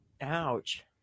Ouch